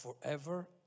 forever